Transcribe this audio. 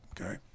Okay